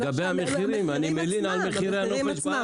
לגבי המחירים, אני מלין על מחירי הנופש בארץ.